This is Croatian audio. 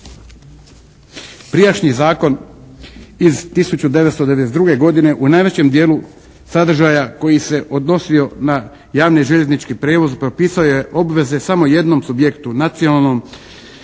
Prijašnji zakon iz 1992. godine u najvećem dijelu sadržaja koji se je odnosi na javni željeznički prijevoz propisao je obveze samo jednom subjektu, nacionalnom